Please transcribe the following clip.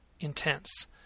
intense